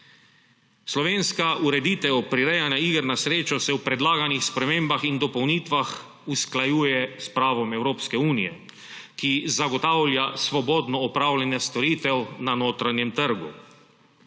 Slovenska ureditev prirejanja iger na srečo se v predlaganih spremembah in dopolnitvah usklajuje s pravom Evropske unije, ki zagotavlja svobodno opravljanje storitev na notranjem trgu.